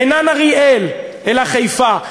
אינם אריאל אלא חיפה,